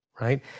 Right